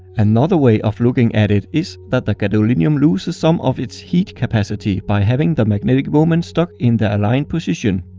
another way of looking at it is that the gadolinium loses some of its heat capacity by having the magnetic moments stuck in their aligned position.